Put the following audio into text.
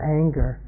anger